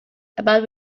about